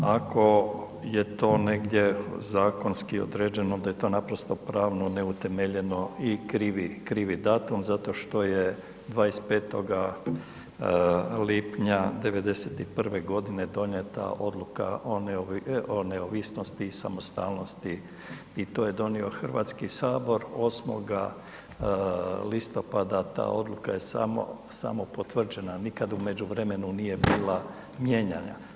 Ako je to negdje zakonski određeno da je to naprosto pravno neutemeljeno i krivi datum zato što je 25. lipnja '91. godine donijeta odluka o neovisnosti i samostalnosti i to je donio Hrvatski sabor 8. listopada ta odluka je samo potvrđena, nikad u međuvremenu nije bila mijenjana.